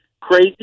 crazy